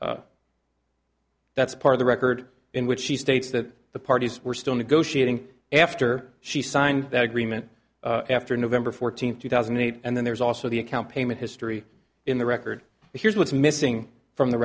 that that's part of the record in which she states that the parties were still negotiating after she signed that agreement after november fourteenth two thousand and eight and then there's also the account payment history in the record here's what's missing from the